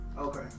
okay